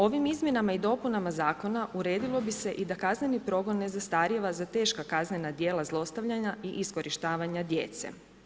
Ovim izmjenama i dopunama zakona uredilo bi se i da kazneno progon ne zastarijeva za teška kaznena djela zlostavljanja i iskorištavanja djece.